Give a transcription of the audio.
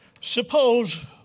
Suppose